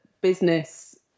business